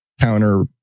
counter